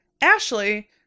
Ashley